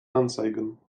anzeigen